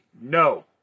No